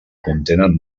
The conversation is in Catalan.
contenen